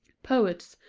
poets,